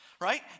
right